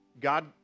God